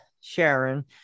Sharon